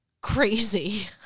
crazy